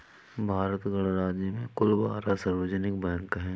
भारत गणराज्य में कुल बारह सार्वजनिक बैंक हैं